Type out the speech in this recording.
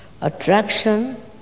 attraction